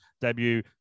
debut